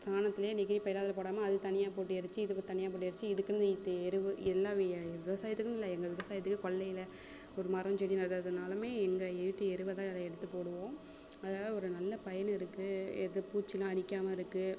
சாணத்துலேயே நெகிழிப்பைலாம் அதில் போடாமல் அதை தனியாக போட்டு எரித்து இதை தனியாக போட்டு எரித்து இதுக்குன்னு எரு எல்லாம் விவசாயத்துக்குன்னு இல்லை எங்கள் விவசாயத்துக்கு கொல்லையில் ஒரு மரம் செடி நடுறதுனாலுமே எங்கள் வீட்டு எருவை தான் அதை எடுத்து போடுவோம் அதனால் ஒரு நல்ல பயன் இருக்குது எதுவும் பூச்சிலாம் அழிக்காம இருக்குது